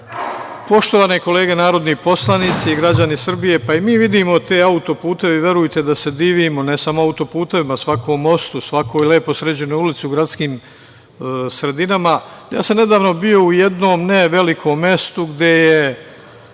sumnja. Poštovane kolege narodni poslanici, i građani Srbije i mi vidimo te autoputeve, i verujte da se divimo, ne samo putevima, svakom mostu, svakoj lepoj sređenoj ulici u gradskim sredinama, i ja sam nedavno bio u jednom ne velikom mestu, gde je